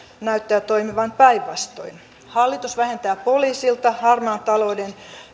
näyttää toimivan päinvastoin hallitus vähentää poliisilta harmaan talouden